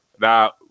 Now